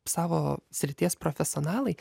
savo srities profesionalai